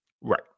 Right